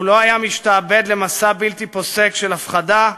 הוא לא היה משתעבד למסע בלתי פוסק של הפחדה,